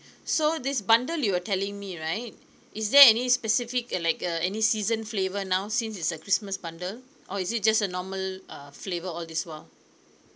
so this bundle you are telling me right is there any specific uh like uh any season flavour now since it's a christmas bundle or is it just a normal uh flavour all this while